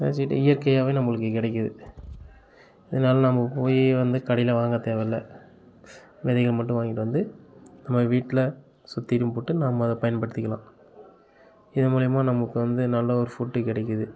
விதச்சிட்டு இயற்கையாகவே நம்மளுக்கு கிடைக்கிது இதனால் நம்ம போய் வந்து கடையில் வாங்க தேவையில்லை விதைகள் மட்டும் வாங்கிட்டு வந்து நம்ம வீட்டில சுற்றியிலும் போட்டு நம்ம அதை பயன்படுத்திக்கலாம் இதன் மூலியமா நமக்கு வந்து நல்ல ஒரு ஃபுட் கிடைக்கிது